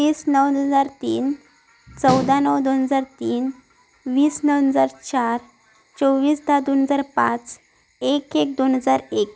तीस नऊ दोन हजार तीन चौदा नऊ दोन हजार तीन वीस नऊ दोन हजार चार चोवीस दहा दोन हजार पाच एक एक दोन हजार एक